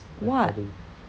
what